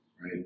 Right